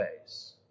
ways